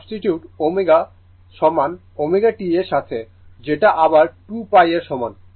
substitute ω সমান ω T এর সাথে যেটা আবার 2π এর সমান